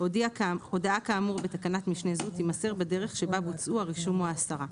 הודעה כאמור בתקנת משנה זו תימסר בדרך שבה בוצעו הרישום או ההסרה.